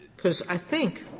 because i think